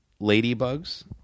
Ladybugs